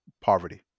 poverty